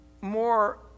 more